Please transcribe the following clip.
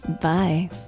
Bye